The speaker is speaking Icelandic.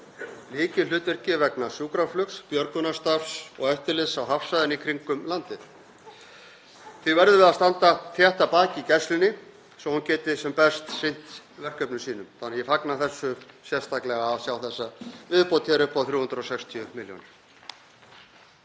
lykilhlutverki vegna sjúkraflugs, björgunarstarfs og eftirlits á hafsvæðinu í kringum landið. Því verðum við að standa þétt að baki Gæslunni svo að hún geti sem best sinnt verkefnum sínum. Þannig að ég fagna því sérstaklega að sjá þessa viðbót upp á 360 milljónir.